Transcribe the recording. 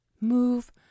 Move